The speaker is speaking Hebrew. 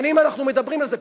שנים אנחנו מדברים על זה,